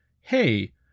Hey